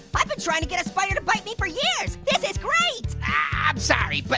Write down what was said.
i've been trying to get a spider to bite me for years. this is great! i'm sorry, but